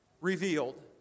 revealed